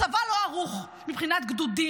הצבא לא ערוך מבחינת גדודים,